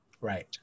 Right